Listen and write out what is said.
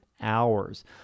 hours